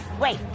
wait